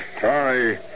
Sorry